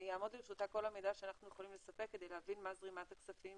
יעמוד לרשותה כל המידע שאנחנו יכולים לספק כדי להבין מה זרימת הכספים